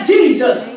Jesus